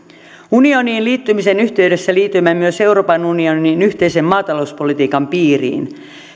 unioniin liittymisen yhteydessä liityimme myös euroopan unionin yhteisen maatalouspolitiikan piiriin